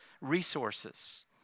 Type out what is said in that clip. resources